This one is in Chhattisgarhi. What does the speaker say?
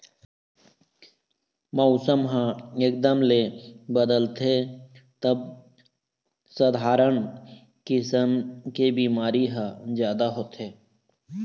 मउसम ह एकदम ले बदलथे तब सधारन किसम के बिमारी ह जादा होथे